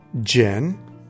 Jen